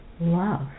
love